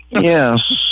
Yes